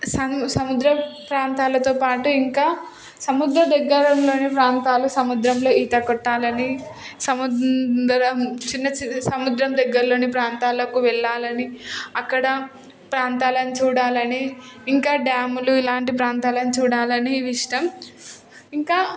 సము సముద్ర ప్రాంతాలతో పాటు ఇంకా సముద్ర దగ్గరలోని ప్రాంతాలు సముద్రంలో ఈత కొట్టాలని సముద్రం చిన్న చిన్న సముద్రం దగ్గర్లోని ప్రాంతాలకు వెళ్ళాలని అక్కడ ప్రాంతాలను చూడాలని ఇంకా డ్యాములు ఇలాంటి ప్రాంతాలను చూడాలని ఇవి ఇష్టం ఇంకా